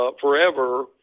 forever